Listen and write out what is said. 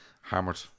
hammered